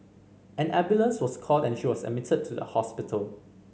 an ambulance was called and she was admitted to the hospital